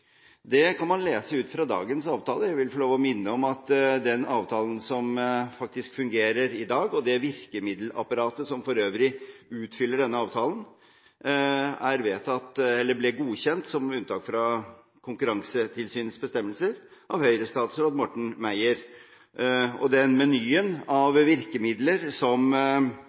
Det kan man lese ut fra dagens avtale. Jeg vil få minne om at den avtalen som fungerer i dag, og det virkemiddelapparatet som for øvrig utfyller denne avtalen, ble godkjent som unntak fra Konkurransetilsynets bestemmelser av Høyre-statsråd Morten Meyer. Den menyen av virkemidler som